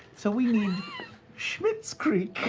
so we need schmidt's creek.